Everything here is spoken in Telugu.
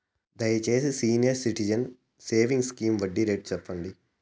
దయచేసి సీనియర్ సిటిజన్స్ సేవింగ్స్ స్కీమ్ వడ్డీ రేటు సెప్పండి